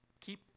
keep